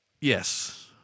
yes